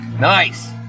nice